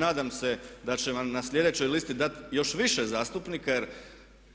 Nadam se da će vam na sljedećoj listi dati još više zastupnika jer